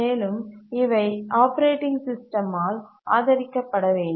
மேலும் இவை ஆப்பரேட்டிங் சிஸ்டமால் ஆதரிக்கப்படவேண்டும்